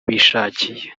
bishakiye